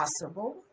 possible